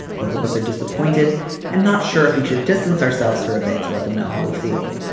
both of us are disappointed and not sure if we should distance ourselves for a bit to let them know how we feel.